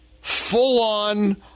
full-on